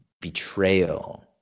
betrayal